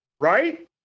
right